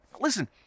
Listen